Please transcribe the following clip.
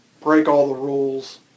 break-all-the-rules